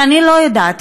שאני לא יודעת,